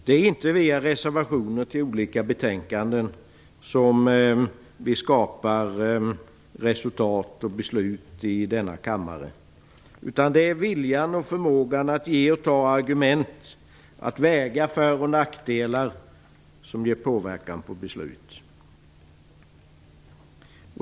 Det är inte via reservationer till olika betänkanden som vi skapar resultat och beslut i denna kammare, utan det är viljan och förmåga att ge och ta argument, att väga för och nackdelar, som ger påverkan på beslut.